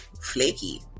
Flaky